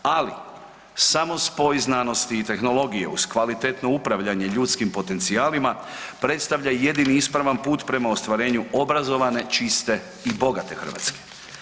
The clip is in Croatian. Ali samo spoj znanosti i tehnologije uz kvalitetno upravljanje ljudskim potencijalima predstavlja jedini ispravan put prema ostvarenju obrazovane, čiste i bogate Hrvatske.